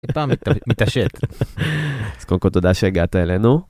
מתעשת. אז קודם כל תודה שהגעת אלינו.